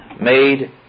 made